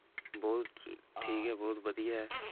बहुत ठीक ऐ बहुत बधिया ऐ